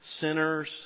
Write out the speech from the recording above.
Sinners